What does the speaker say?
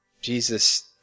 Jesus